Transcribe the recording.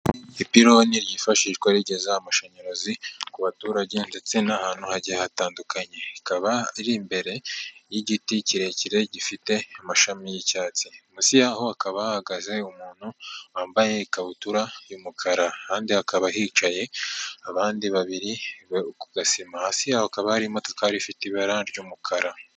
Ipironi ryifashishwa rigeza amashanyarazi ku baturage ndetse n'ahantu hagiye hatandukanye, ikaba iri imbere y'igiti kirekire gifite amashami y'icyatsi, munsi yaho hakaba hahagaze umuntu wambaye ikabutura y'umukara, ahandi hakaba hicaye abandi babiri ku gasima, hasi y'aho hakaba hari imodokari ifite ibara ry'umukara.